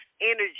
energy